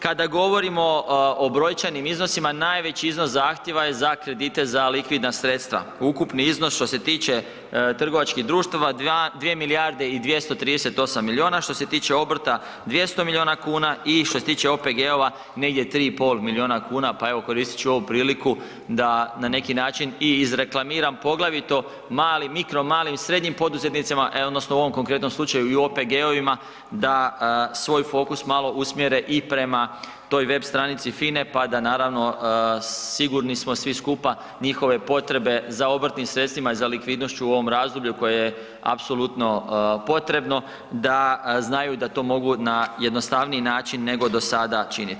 Kada govorimo o brojčanim iznosima najveći iznos zahtjeva je za kredite za likvidna sredstva, ukupni iznos što se tiče trgovačkih društava 2 milijarde i 238 milijuna, što se tiče obrta 200 milijuna kuna i što se tiče OPG-ova negdje 3,5 milijuna kuna, pa evo koristit ću ovu priliku da na neki način i izreklamiram, poglavito malim, mikro malim i srednjim poduzetnicima, e odnosno u ovom konktretnom slučaju i u OPG-ovima da svoj fokus malo usmjere i prema toj web stranici FINA-e, pa da naravno, sigurni smo svi skupa, njihove potrebe za obrtnim sredstvima i za likvidnošću u ovom razdoblju koje je apsolutno potrebno da znaju da to mogu na jednostavniji način nego do sada činiti.